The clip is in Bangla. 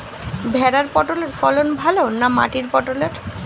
ভেরার পটলের ফলন ভালো না মাটির পটলের?